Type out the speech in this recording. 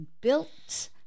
built